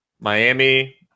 Miami